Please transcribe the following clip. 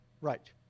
Right